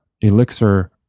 Elixir